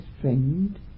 friend